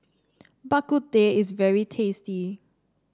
Bak Kut Teh is very tasty